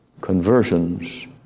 conversions